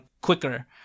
quicker